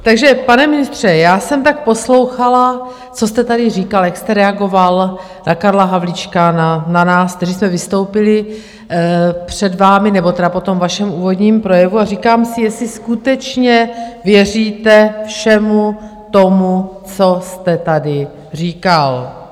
Takže, pane ministře, já jsem tak poslouchala, co jste tady říkal, jak jste reagoval na Karla Havlíčka, na nás, kteří zde vystoupili před vámi, nebo tedy po tom vašem úvodním projevu, a říkám si, jestli skutečně věříte všemu tomu, co jste tady říkal.